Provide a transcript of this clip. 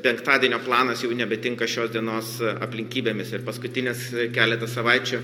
penktadienio planas jau nebetinka šios dienos aplinkybėmis ir paskutines keletą savaičių